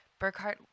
Burkhart